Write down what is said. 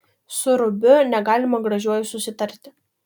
su rubiu negalima gražiuoju susitarti